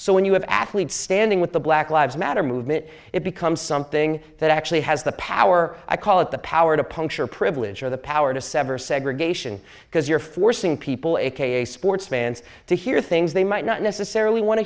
so when you have an athlete standing with the black lives matter movement it becomes something that actually has the power i call it the power to puncture privilege or the power to sever segregation because you're forcing people aka sports fans to hear things they might not necessarily want to